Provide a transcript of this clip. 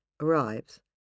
arrives